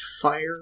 fire